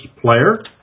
player